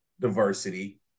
diversity